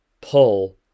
Pull